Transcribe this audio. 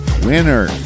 Winner